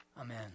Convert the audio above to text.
Amen